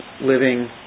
living